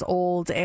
old